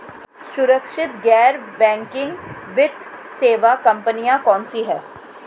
सुरक्षित गैर बैंकिंग वित्त सेवा कंपनियां कौनसी हैं?